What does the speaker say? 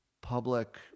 public